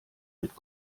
mit